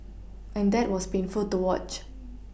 and that was painful to watch